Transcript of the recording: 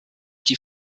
die